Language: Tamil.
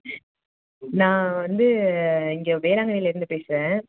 நான் வந்து இங்கே வேளாங்கண்ணிலருந்து பேசுகிறேன்